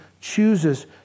chooses